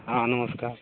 ହଁ ନମସ୍କାର